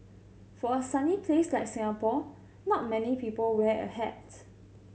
for a sunny place like Singapore not many people wear a hats